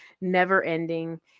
never-ending